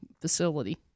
facility